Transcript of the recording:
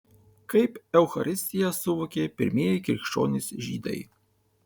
kaip eucharistiją suvokė pirmieji krikščionys žydai